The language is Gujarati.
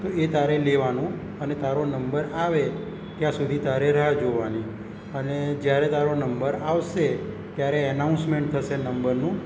તો એ તારે લેવાનું અને તારો નંબર આવે ત્યાં સુધી તારે રાહ જોવાની અને જ્યારે તારો નંબર આવશે ત્યારે એનાઉન્સમેન્ટ થશે નંબરનું